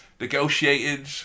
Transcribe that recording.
negotiated